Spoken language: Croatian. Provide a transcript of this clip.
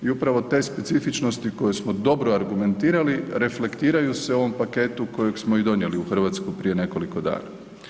I upravo te specifičnosti koje smo dobro argumentirali reflektiraju se u ovom paketu kojeg smo i donijeli u Hrvatsku prije nekoliko dana.